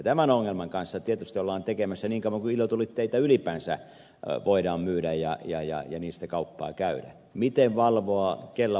tämän ongelman kanssa miten valvoa kellä vastuu ollaan tekemisissä niin kauan kuin ilotulitteita ylipäänsä voidaan myydä ja niillä kauppaa käydään